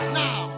now